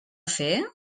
fer